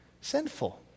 sinful